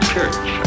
Church